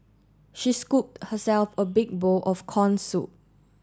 she scooped herself a big bowl of corn soup